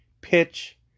pitch